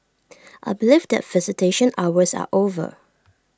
I believe that visitation hours are over